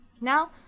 Now